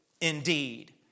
indeed